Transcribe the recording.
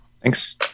Thanks